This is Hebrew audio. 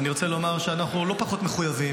אני רוצה לומר שאנחנו לא פחות מחויבים,